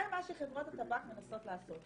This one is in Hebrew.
זה מה שחברות הטבק מנסות לעשות.